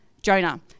Jonah